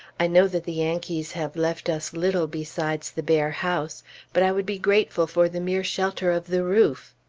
i know that the yankees have left us little besides the bare house but i would be grateful for the mere shelter of the roof.